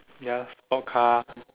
ya sports car